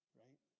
right